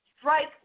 strike